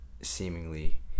seemingly